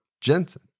Jensen